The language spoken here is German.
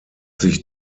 sich